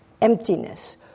emptiness